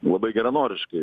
labai geranoriškai